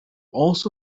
also